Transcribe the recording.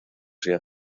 sea